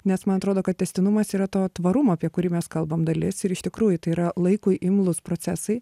nes man atrodo kad tęstinumas yra to tvarumo apie kurį mes kalbam dalis ir iš tikrųjų tai yra laikui imlūs procesai